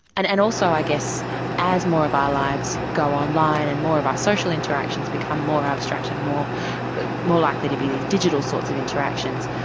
and and also i guess as more of our lives go online and more of our social interactions become more abstract and more but more likely to be these digital sorts of interactions,